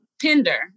Tinder